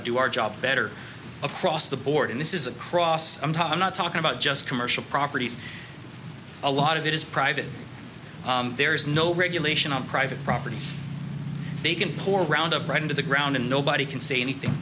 to do our job better across the board and this is across into i'm not talking about just commercial properties a lot of it is private there is no regulation on private properties they can pour roundup right into the ground and nobody can say anything